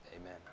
Amen